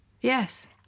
Yes